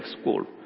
school